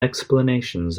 explanations